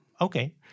Okay